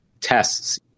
tests